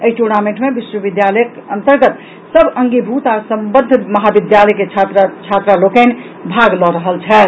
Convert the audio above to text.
एहि टूर्नामेंट मे विश्वविद्यालयक अंतर्गत सभ अंगीभुत आ संवद्ध महाविद्यालय के छात्र छात्रा लोकनि भाग लऽ रहल छथि